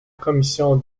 commission